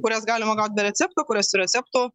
kurias galima gaut be recepto kurias su receptu